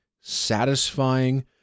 satisfying